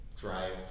Drive